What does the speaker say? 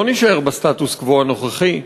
לא נישאר בסטטוס קוו הנוכחי,